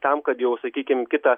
tam kad jau sakykim kitą